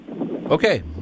Okay